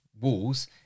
walls